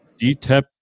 DTEP